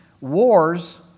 wars